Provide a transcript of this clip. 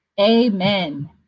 amen